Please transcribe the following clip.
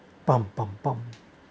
pom pom pom